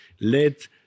Let